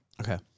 Okay